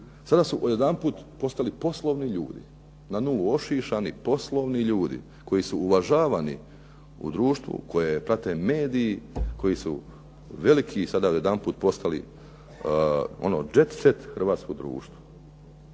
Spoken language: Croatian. sada su odjedanput postali poslovni ljudi, na nulu ošišani, poslovni ljudi koji su uvažavani u društvu, koje prate mediji, koji su veliki, sada odjedanput postali ono jet set hrvatskog društva.